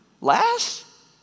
Last